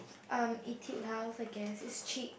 um Etude house I guess it's cheap